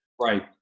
Right